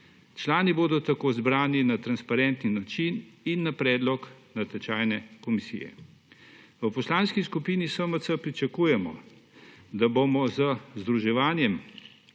Člani bodo tako izbrani na transparentni način in na predlog natečajne komisije. V Poslanski skupini SMC pričakujemo, da bomo z združevanjem